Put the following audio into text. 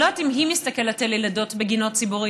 אני לא יודעת אם היא מסתכלת על ילדות בגינות ציבוריות,